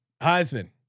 Heisman